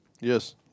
Yes